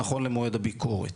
נכון למועד הביקורת.